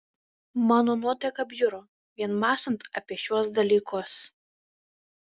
mano nuotaika bjuro vien mąstant apie šiuos dalykus